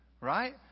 right